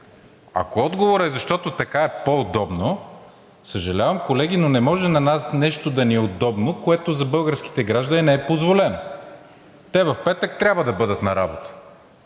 Ако отговорът е, защото така е по-удобно, съжалявам, колеги, но не може на нас нещо да ни е удобно, което за българските граждани не е позволено. Те в петък трябва да бъдат на работа,